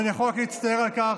ואני יכול רק להצטער על כך.